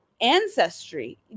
ancestry